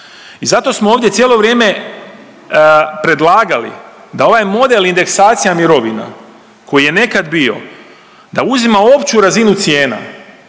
i zato smo ovdje cijelo vrijeme predlagali da ovaj model indeksacija mirovina koji je nekad bila da uzima opću razinu cijena,